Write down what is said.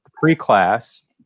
pre-class